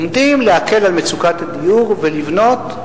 עומדים להקל את מצוקת הדיור ולבנות,